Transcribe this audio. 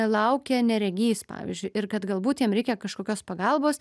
laukia neregys pavyzdžiui ir kad galbūt jam reikia kažkokios pagalbos